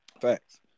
Facts